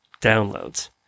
downloads